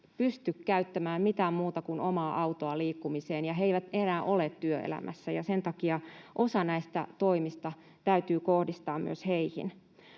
pysty käyttämään mitään muuta kuin omaa autoa liikkumiseen ja he eivät enää ole työelämässä, ja sen takia osa näistä toimista täytyy kohdistaa myös heihin.